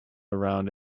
around